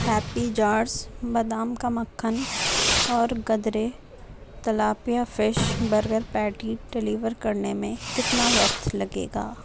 happy jars بادام کا مکھن اور گدرے tilapia fish burger patty deliver کرنے میں کتنا وقت لگے گا